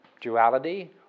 duality